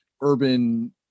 urban